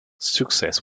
success